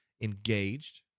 engaged